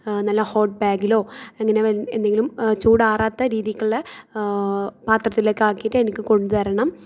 നല്ല ഹോട്ട് ബാഗിലോ എങ്ങനെ വ എന്തെങ്കിലും ചൂടാറാത്ത രീതിക്കുള്ള പാത്രത്തിൽ ആക്കിയിട്ട് എനിക്ക് കൊണ്ടുവരണം